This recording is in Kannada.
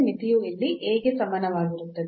ಮಿತಿಯು ಇಲ್ಲಿ A ಗೆ ಸಮನಾಗಿರುತ್ತದೆ